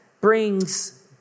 brings